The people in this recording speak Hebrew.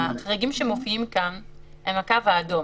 החריגים שמופיעים כאן הם הקו האדום,